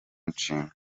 nshinga